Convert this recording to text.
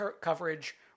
coverage